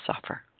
suffer